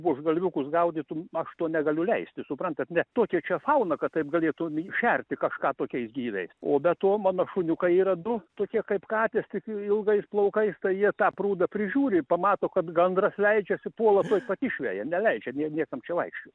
buožgalviukus gaudytų aš to negaliu leisti suprantat ne tokia čia fauna kad taip galėtum šerti kažką tokiais gyviais o be to mano šuniukai yra du tokie kaip katės tik ilgais plaukais tai jie tą prūdą prižiūri pamato kad gandras leidžiasi puola tuoj pat išveja neleidžia niekam čia vaikščiot